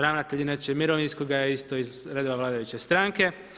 Ravnatelj inače mirovinskoga je isto iz redova vladajuće stranke.